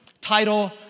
Title